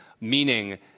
meaning